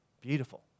beautiful